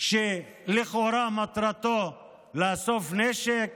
שלכאורה מטרתו לאסוף נשק